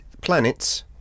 planets